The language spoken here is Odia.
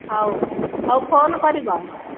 ହଉ ହଉ ଫୋନ୍ କରିବ